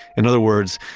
in other words,